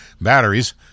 batteries